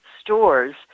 stores